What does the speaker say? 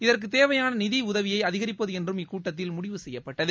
இதற்குத் தேவையாள நிதி உதவியை அதிகிப்பது என்றும் இக்கூட்டத்தில் முடிவு செய்யப்பட்டது